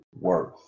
worth